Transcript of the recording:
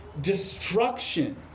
destruction